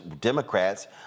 Democrats